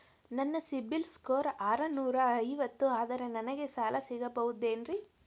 ನನ್ನ ಸಿಬಿಲ್ ಸ್ಕೋರ್ ಆರನೂರ ಐವತ್ತು ಅದರೇ ನನಗೆ ಸಾಲ ಸಿಗಬಹುದೇನ್ರಿ?